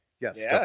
Yes